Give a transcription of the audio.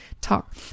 talk